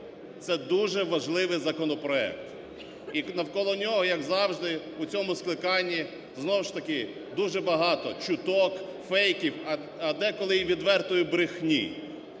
Це дуже важливий законопроект і навколо нього, як завжди у цьому скликанні, знову ж таки дуже багато чуток, фейків, а деколи і відвертої брехні.